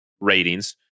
ratings